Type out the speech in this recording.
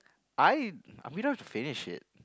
I we don't have finish it